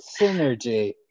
Synergy